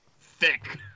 thick